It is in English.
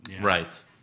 Right